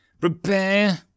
Prepare